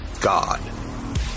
God